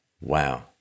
Wow